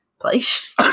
Place